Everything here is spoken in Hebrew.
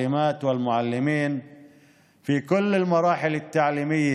להלן תרגומם: ביום זה אני פונה אל המורות והמורים בכל שלבי החינוך,